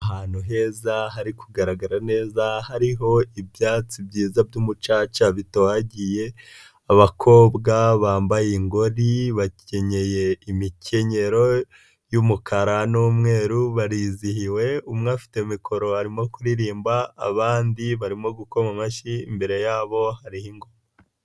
Ahantu heza hari kugaragara neza hariho ibyatsi byiza by'umucaca bitohagiye abakobwa bambaye ingori, bakenyeye imikenyero y'umukara n'umweru barizihiwe, umwe afite mikoro arimo kuririmba, abandi barimo gukoma amashyi imbere yabo hari.